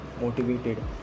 motivated